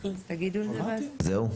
זהו?